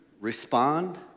respond